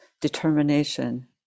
determination